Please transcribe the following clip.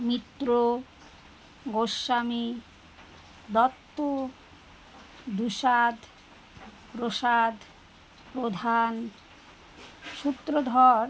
Mitra Goswami Dutta Dusad Prasad Pradhan Sutradhar